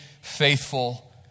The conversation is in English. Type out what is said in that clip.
faithful